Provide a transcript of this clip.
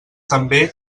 també